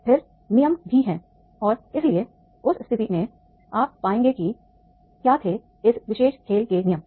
फिर नियम भी हैं और इसलिए उस स्थिति में आप पाएंगे कि क्या थे इस विशेष खेल में नियम